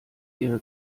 ihre